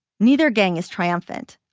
neither gang is triumphant.